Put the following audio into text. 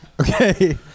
Okay